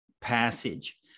passage